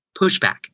pushback